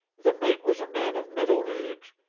the mate was a man of middle age,